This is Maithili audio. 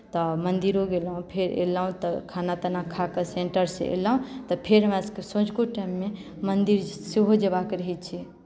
तऽ मन्दिरो गेलहुँ फेर एलहुँ तऽ खाना ताना खा कऽ सेन्टरसँ एलहुँ तऽ फेर हमरासभके साँझुको टाइममे मन्दिर सेहो जेबाक रहैत छै